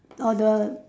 or the